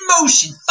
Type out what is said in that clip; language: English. motion